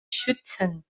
schützen